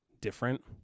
different